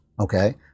okay